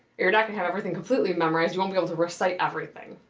you're not gonna have everything completely memorized, you won't be able to recite everything.